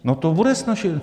No to bude snazší.